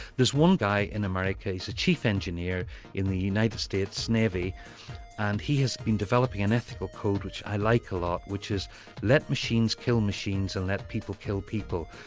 there's one guy in america, he's a chief engineer in the united states navy and he has been developing an ethical code which i like a lot, which is let machines kill machines and let people kill people.